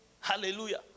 hallelujah